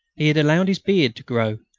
he had allowed his beard to grow,